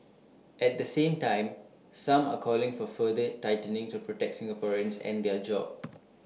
at the same time some are calling for further tightening to protect Singaporeans and their jobs